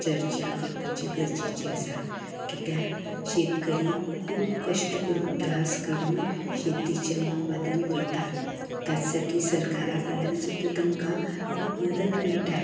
चर्चा करपाची गरजेची आसा किद्याक शेतकरी खूब कश्ट करून त्रास काडून शेतीचें उत्पादन करता ताच्या साठी सरकारा कडल्यान सुद्दां तांकां खूब मदत मेयटा